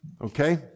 okay